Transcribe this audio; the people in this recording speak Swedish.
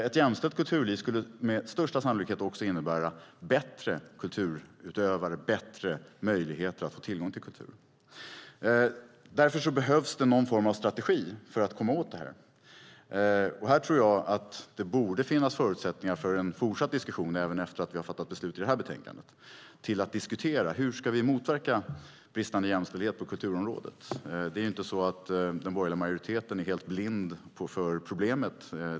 Ett jämställt kulturliv skulle med största sannolikhet också innebära bättre kulturutövare och bättre möjligheter att få tillgång till kultur. Därför behövs det någon form av strategi för att komma åt detta. Här tror jag att det borde finnas förutsättningar för en fortsatt diskussion även efter att vi har fattat beslut om detta betänkande, för att diskutera: Hur ska vi motverka bristande jämställdhet på kulturområdet? Det är inte så att den borgerliga majoriteten är helt blind för problemet.